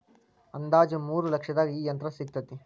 ಅಂದಾಜ ಮೂರ ಲಕ್ಷದಾಗ ಈ ಯಂತ್ರ ಸಿಗತತಿ